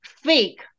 fake